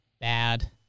Bad